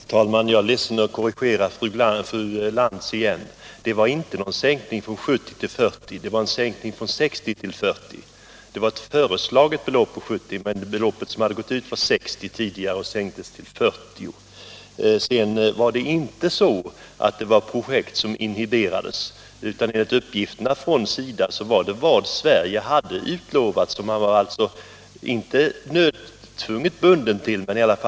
Herr talman! Jag är ledsen att behöva korrigera fru Lantz igen. Det var inte en sänkning från 70 till 40 miljoner utan en sänkning från 60 till 40 miljoner. Det fanns förslag om 70 miljoner, men det belopp som Inga projekt inhiberades, fru Lantz, utan enligt uppgift från SIDA genomfördes de projekt som Sverige hade utlovat.